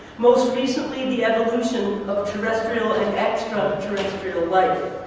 most recently, the evolution of terrestrial and extraterrestrial life,